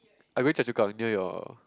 I going Choa-Chu-Kang near your